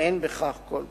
ואין בכך כל פסול.